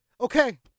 Okay